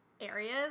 areas